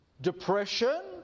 depression